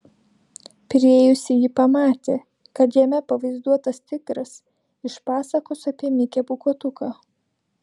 priėjusi ji pamatė kad jame pavaizduotas tigras iš pasakos apie mikę pūkuotuką